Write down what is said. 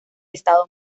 estado